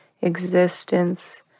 existence